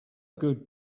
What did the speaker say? good